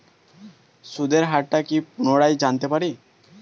সুদের হার টা কি পুনরায় জানতে পারি?